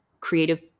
creative